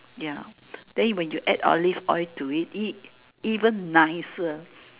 ya then when you add Olive oil to it it even nicer